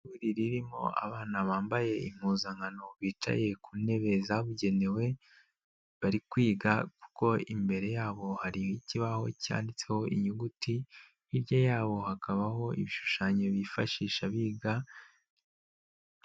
Ishuri ririmo abana bambaye impuzankano bicaye ku ntebe zabugenewe, bari kwiga kuko imbere yabo hari ikibaho cyanditseho inyuguti, hirya yabo hakabaho ibishushanyo bifashisha biga.